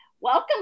Welcome